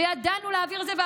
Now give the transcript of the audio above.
וידענו להעביר את זה,